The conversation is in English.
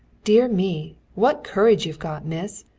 dear me, what courage you've got, miss!